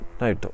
No